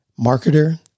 marketer